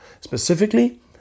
Specifically